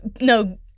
No